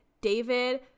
David